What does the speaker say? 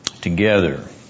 together